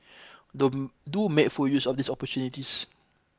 don't do make full use of these opportunities